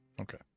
Okay